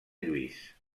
lluís